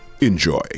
Enjoy